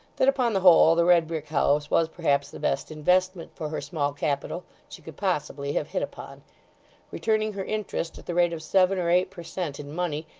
that upon the whole the red-brick house was perhaps the best investment for her small capital she could possibly have hit upon returning her interest, at the rate of seven or eight per cent in money,